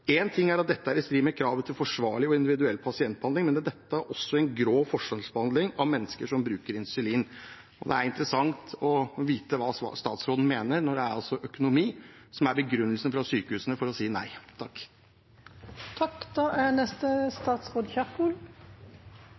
ting er at dette er i strid med kravene til forsvarlig og individuell pasientbehandling, men dette er også en grov forskjellsbehandling av mennesker som bruker insulin. Det er interessant å vite hva statsråden mener når det altså er økonomi som er begrunnelsen fra sykehusene for å si nei.